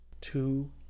Two